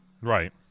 right